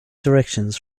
directions